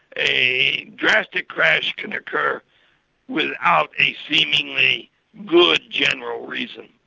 a drastic crash can occur without a seemingly good general reason.